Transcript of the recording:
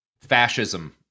fascism